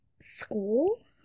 school